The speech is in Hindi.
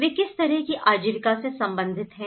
वे किस तरह की आजीविका से संबंधित हैं